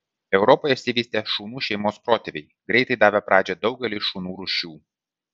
europoje išsivystė šunų šeimos protėviai greitai davę pradžią daugeliui šunų rūšių